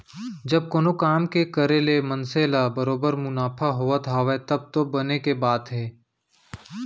जब कोनो काम के करे ले मनसे ल बरोबर मुनाफा होवत हावय तब तो बने के बात हे